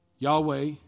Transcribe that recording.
Yahweh